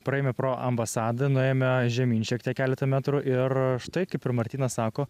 praėjome pro ambasadą nuėjome žemyn šiek tiek keletą metrų ir štai kaip ir martynas sako